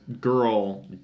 girl